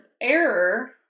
error